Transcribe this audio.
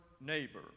neighbor